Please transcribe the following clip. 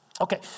Okay